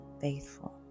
faithful